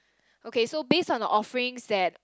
okay so based on the offerings that